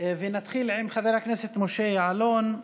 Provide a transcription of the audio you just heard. ונתחיל עם חבר הכנסת משה יעלון.